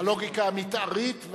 הלוגיקה המיתארית,